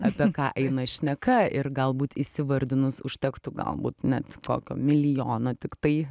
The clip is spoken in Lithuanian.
apie ką eina šneka ir galbūt įsivardinus užtektų galbūt net kokio milijono tiktai